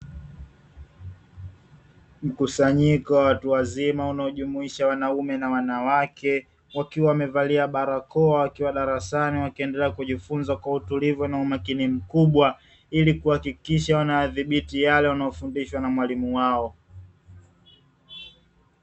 Mkusanyiko wa watu wazima wanaojumuisha wanaume na wanawake, wakiwa wamevalia barakoa; wakiwa darasani wakiendelea kujifunza kwa utulivu na umakini mkubwa, ili kuhakikisha wanayadhibiti yale wanayofundishwa na mwalimu wao.